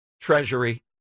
Treasury